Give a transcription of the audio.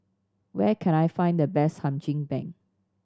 where can I find the best Hum Chim Peng